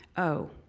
oh,